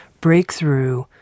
breakthrough